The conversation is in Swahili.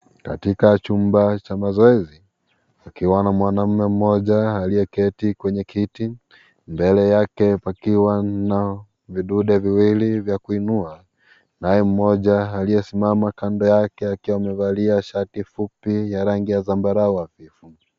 Katika chumba cha mazoezi pakiwa na mwanaume mmoja alie keti kwenye kiti mbele yake pakiwa na vidude viwili vya kuinua naye mmoja aliesimama kando yake amevalia shati la zambarau.